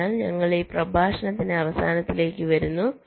അതിനാൽ ഞങ്ങൾ ഈ പ്രഭാഷണത്തിന്റെ അവസാനത്തിലേക്ക് വരുന്നു